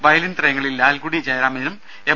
violin ത്രയങ്ങളിൽ ലാൽഗുഡി ജയരാമനും M